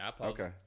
Okay